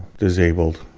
disabled.